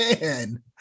man